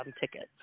tickets